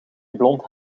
blond